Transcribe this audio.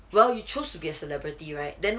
well you choose to be a celebrity right then